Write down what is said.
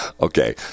okay